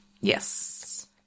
Yes